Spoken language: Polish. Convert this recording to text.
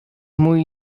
mój